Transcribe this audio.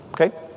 Okay